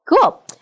Cool